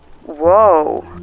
Whoa